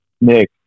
Nick